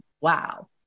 wow